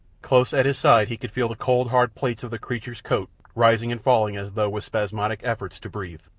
close at his side he could feel the cold, hard plates of the creature's coat rising and falling as though with spasmodic efforts to breathe.